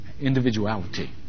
individuality